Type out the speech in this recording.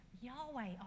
Yahweh